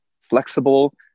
flexible